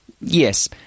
Yes